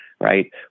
right